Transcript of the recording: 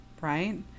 right